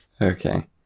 Okay